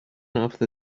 after